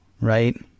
right